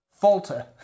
Falter